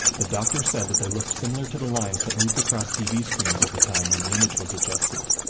the doctor said that they looked similar to the lines that moved across tv screens of the time when the image was adjusted.